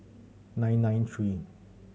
nine nine three